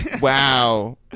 Wow